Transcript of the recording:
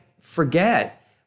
forget